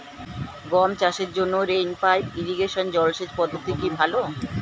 গম চাষের জন্য রেইন পাইপ ইরিগেশন জলসেচ পদ্ধতিটি কি ভালো?